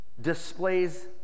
displays